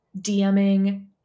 DMing